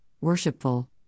worshipful